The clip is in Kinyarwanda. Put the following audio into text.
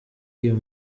iyo